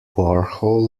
warhol